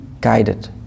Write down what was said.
guided